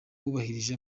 wubahirije